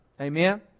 amen